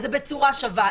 אז זה בצורה שווה.